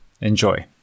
Enjoy